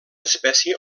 espècie